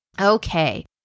Okay